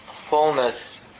fullness